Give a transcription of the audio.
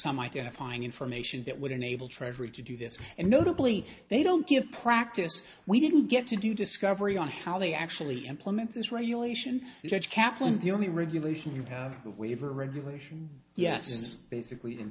some identifying information that would enable treasury to do this and notably they don't give practice we didn't get to do discovery on how they actually implement this regulation judge kaplan the only regulation you have the waiver regulation yes basically